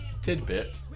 Tidbit